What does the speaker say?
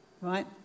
Right